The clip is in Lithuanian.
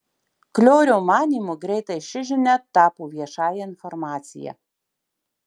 kliorio manymu greitai ši žinia tapo viešąja informacija